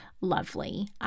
lovely